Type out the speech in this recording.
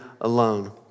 alone